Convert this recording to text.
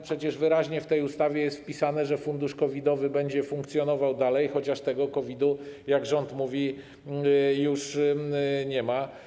Przecież wyraźnie w tej ustawie jest napisane, że fundusz COVID-owy będzie funkcjonował nadal, chociaż tego COVID-u, jak rząd mówi, już nie ma.